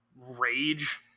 rage